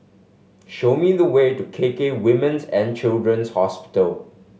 show me the way to K K Women's And Children's Hospital